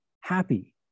happy